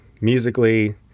musically